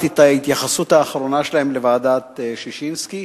ההתייחסות האחרונה שלהם לוועדת-ששינסקי,